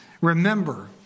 remember